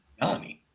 Melanie